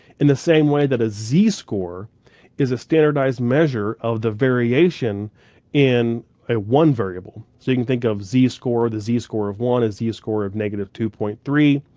in the same way that a z-score is a standardized measure of the variation in ah one variable. so you can think of z-score, the z-score of one is z-score of negative two point three,